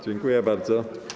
Dziękuję bardzo.